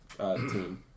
team